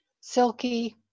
silky